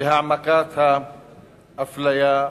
להעמקת האפליה,